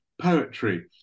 poetry